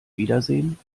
wiedersehen